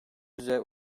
yüze